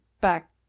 Back